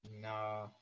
No